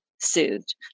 soothed